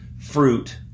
fruit